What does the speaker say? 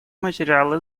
материалы